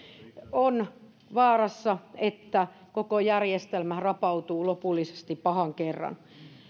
on vaarana että koko järjestelmä rapautuu lopullisesti pahan kerran